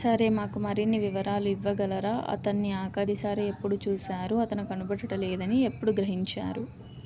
సరే మాకు మరిన్ని వివరాలు ఇవ్వగలరా అతన్ని ఆఖరి సారి ఎప్పుడు చూసారు అతను కనబడుట లేదని ఎప్పుడు గ్రహించారు